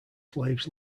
slaves